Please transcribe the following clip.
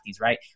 right